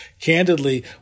Candidly